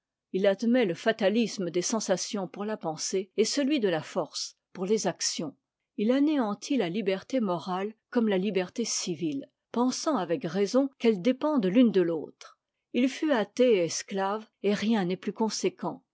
il admet le fatalisme des sensations pour la pensée et celui de la force pour les actions il anéantit la liberté morale comme la liberté civile pensant avec raison qu'elles dépendent l'une de l'autre h fut athée et esclave et rien n'est plus conséquent